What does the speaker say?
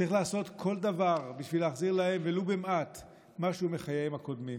צריך לעשות כל דבר כדי להחזיר להם ולו במעט משהו מחייהם הקודמים.